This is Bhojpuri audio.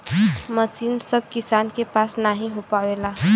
मसीन सभ किसान के पास नही हो पावेला